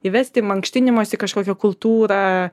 įvesti mankštinimosi kažkokią kultūrą